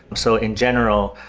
so in general,